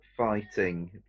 Fighting